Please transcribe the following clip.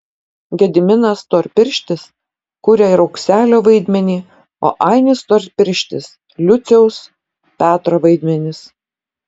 gediminas storpirštis kuria ir aukselio vaidmenį o ainis storpirštis liuciaus petro vaidmenis